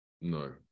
No